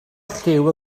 lliw